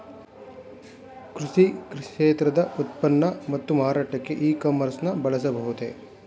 ಕೃಷಿ ಕ್ಷೇತ್ರದ ಉತ್ಪನ್ನ ಮತ್ತು ಮಾರಾಟಕ್ಕೆ ಇ ಕಾಮರ್ಸ್ ನ ಬಳಸಬಹುದೇ?